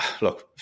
look